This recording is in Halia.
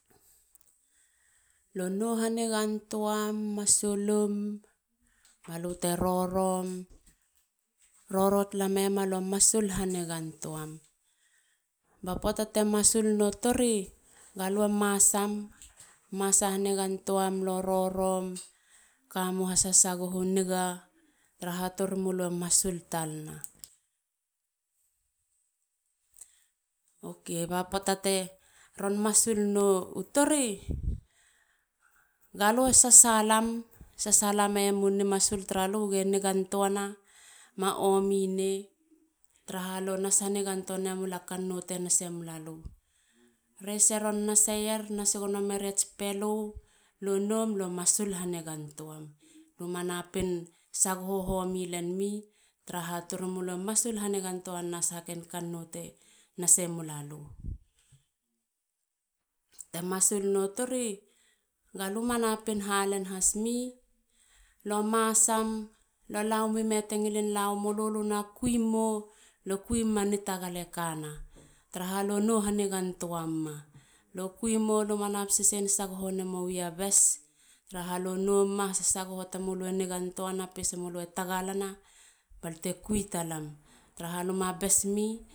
Lue nou hanigantoam. masulim. balute rorom. roro talameyema lue masul hanigantuam. ba puata te masul nu tori. galue masam. masa hanigantoam. lue rorom. Kammu hahasagoho niga tara ha tori mulu e masul talana. Oke. ba poata teron masul no tori galue sasalam,. sasala meyemu ni masul tamulu e nigantoana. ma omi na. tara ha lue nas hanigantua na mula kannou te nase mula lu. rese ron nas haseyer. nas gono meriu pelu. lue noum. lue masul hanigantuam. luma napin sagoho homi len mi. tara ha tori mulu e masul hanigantoana. kannou te nase mula lu te masul nu tori. lue ma napin halan has mi. lue masam. le lamo me te ngilin la wemulu. lue na kui mo. lue kui mo. lu ma nap sesen sagoho memi a bes. tar lue noum a hasasago tamulu e nigantoana. pesa mulu e tagalana. balte kui talam. taraha lue masul talam.